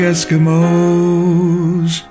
Eskimos